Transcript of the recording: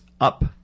up